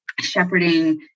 shepherding